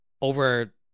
over